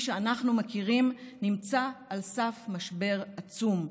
שאנחנו מכירים נמצא על סף משבר עצום,